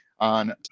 on